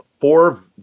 four